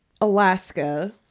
Alaska